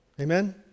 Amen